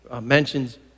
mentions